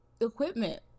equipment